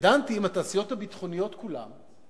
ודנתי עם התעשיות הביטחוניות כולן,